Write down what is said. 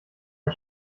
ein